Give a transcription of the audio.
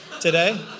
today